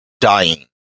dying